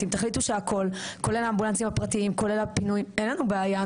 אם תחליטו שהכל כולל האמבולנסים הפרטיים אין לנו בעיה,